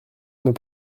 mes